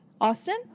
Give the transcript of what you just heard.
Austin